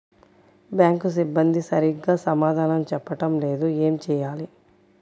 Bank సిబ్బంది సరిగ్గా సమాధానం చెప్పటం లేదు ఏం చెయ్యాలి?